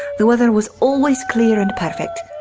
the weather was always clear and perfect,